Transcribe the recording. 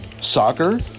Soccer